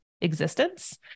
existence